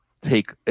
take